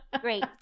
Great